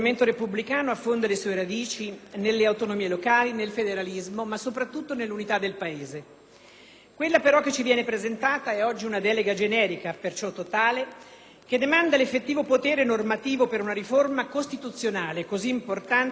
Quella, però, che ci viene presentata è oggi una delega generica, perciò totale, che demanda l'effettivo potere normativo per una riforma costituzionale così importante e rilevante per il futuro del Paese al Governo, e quindi ai burocrati, che detteranno effettivamente le norme.